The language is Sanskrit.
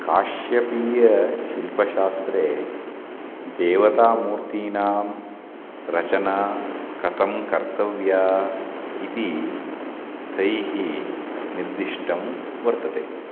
काश्यपीयशिल्पशास्त्रे देवतामूर्तीनां रचना कथं कर्तव्या इति तैः निर्दिष्टं वर्तते